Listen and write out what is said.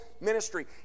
ministry